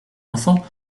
enfant